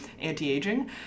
anti-aging